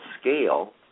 scale